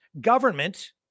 Government